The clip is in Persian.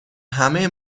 همه